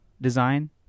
design